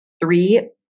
three